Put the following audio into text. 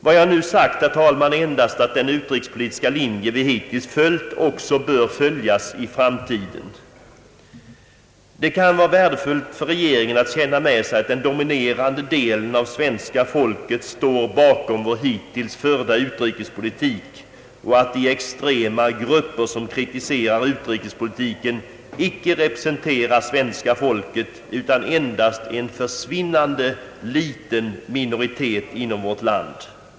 Vad jag nu sagt, herr talman, är endast ait den utrikespolitiska linje vi hittills följt också bör följas i framtiden. Det kan vara värdefullt för regeringen att känna med sig att den dominerande delen av svenska folket står bakom vår hittills förda utrikespolitik och att de extrema grupper som kritiserar utrikespolitiken icke representerar svenska folket utan endast en försvinnande liten minoritet inom vårt land.